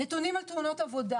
נתונים על תאונות עבודה